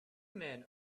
men